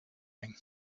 doing